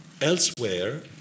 elsewhere